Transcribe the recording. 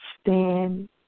Stand